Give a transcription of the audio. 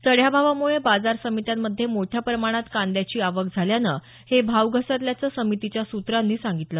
चढ्या भावामुळे बाजार समित्यांमध्ये मोठया प्रमाणात कांद्याची आवक झाल्यानं हे भाव घसरल्याचं समितीच्या सूत्रांनी सांगितलं